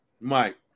Mike